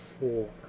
four